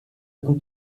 und